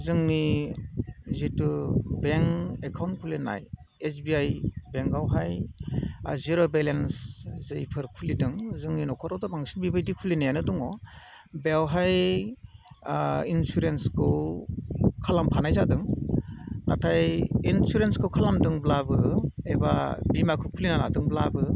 जोंनि जिथु बें एकाउन्ट खुलिनाय एस बि आइ बेंआवहाय जिर' बेलेन्स जायफोर खुलिदों जोंनि न'खरावथ' बांसिन बेबायदि खुलिनाया दङ बेवहाय इनसुरेन्सखौ खालामखानाय जादों नाथाय इनसुरेन्सखौ खालामदोंब्लाबो एबा बीमाखौ खुलिना लादोंब्लाबो